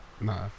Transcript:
Nah